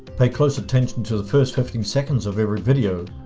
pay close attention to the first fifteen seconds of every video.